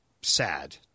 sad